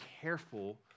careful